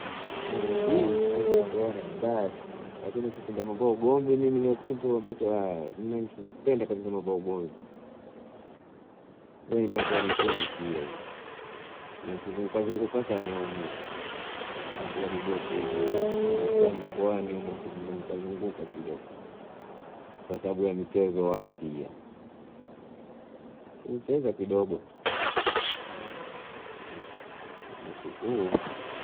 Mara mbili tu kutoana basi lakini kupenda mambo ya ugomvi mimi kitu ambacho nakipenda kabisa mambo ya ugomvi, we mambo ya mipiya mipiya hiyo nakizunguka sana humu na vilabu vyetu hivi mikoani mikoani humu kizunguka kidogo kwa sababu ya mchezo wa mpiya kiu cheza kidogo nashuku shukuru